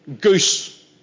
goose